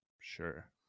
sure